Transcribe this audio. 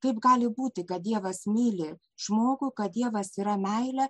kaip gali būti kad dievas myli žmogų kad dievas yra meilė